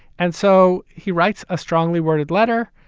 and so he writes a strongly worded letter,